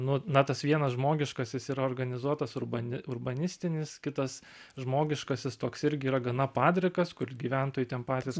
nu na tas vienas žmogiškasis ir organizuotas urban urbanistinis kitas žmogiškasis toks irgi yra gana padrikas kur gyventojai ten patys